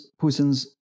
Putin's